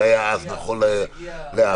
זה היה נכון לאז.